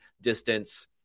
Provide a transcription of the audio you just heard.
distance